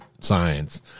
science